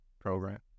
program